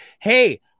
hey